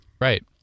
Right